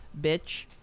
bitch